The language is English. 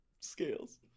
Scales